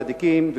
צדיקים וקדושים.